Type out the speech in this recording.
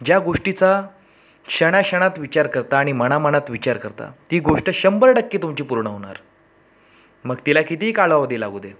ज्या गोष्टीचा क्षणाक्षणात विचार करता आणि मनामनात विचार करता ती गोष्ट शंभर टक्के तुमची पूर्ण होणार मग तिला कितीही कालावधी लागू दे